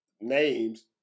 names